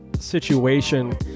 situation